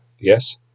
Yes